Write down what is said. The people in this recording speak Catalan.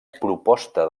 proposta